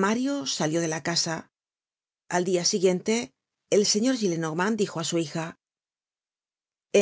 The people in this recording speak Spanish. mario salió de la casa al dia siguiente el señor gillenormand dijo á su hija